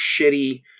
shitty